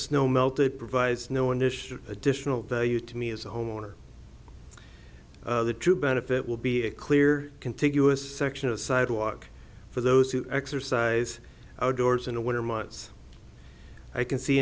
snow melt it provides no initial additional value to me as a homeowner the true benefit will be a clear contiguous section of sidewalk for those who exercise outdoors in the winter months i can see